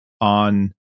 on